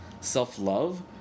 self-love